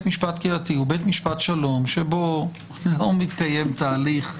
משפט קהילתי הוא בית משפט שלום שבו לא מתקיים תהליך.